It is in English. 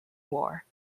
war